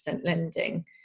lending